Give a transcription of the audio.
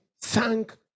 thank